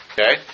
Okay